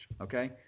okay